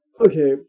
Okay